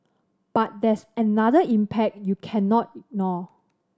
but there's another impact you cannot ignore